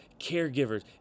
caregivers